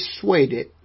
persuaded